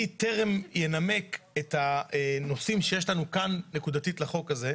אני טרם אנמק את הנושאים שיש לנו כאן נקודתית לחוק הזה.